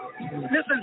Listen